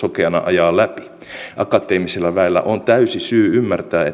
ajaa läpi akateemisella väellä on täysi syy ymmärtää että